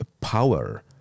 power